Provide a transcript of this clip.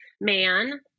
man